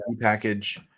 package